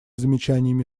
замечаниями